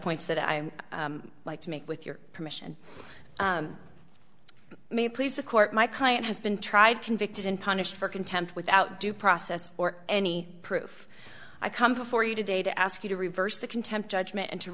points that i like to make with your permission may it please the court my client has been tried convicted and punished for contempt without due process or any proof i come for you today to ask you to reverse the contempt judgment